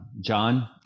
John